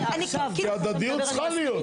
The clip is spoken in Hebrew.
כי הדדיות צריכה להיות.